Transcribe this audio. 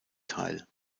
teil